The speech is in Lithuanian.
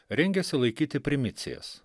rengiasi laikyti primicijas